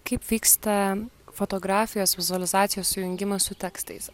kaip vyksta fotografijos vizualizacijos sujungimas su tekstais